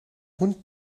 want